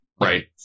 right